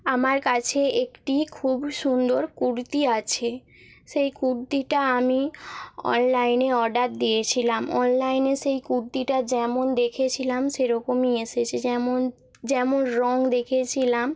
আমার কাছে একটি খুব সুন্দর কুর্তি আছে সেই কুর্তিটা আমি অনলাইনে অর্ডার দিয়েছিলাম অনলাইনে সেই কুর্তিটা যেমন দেখেছিলাম সেইরকমই এসেছে যেমন যেমন রঙ দেখেছিলাম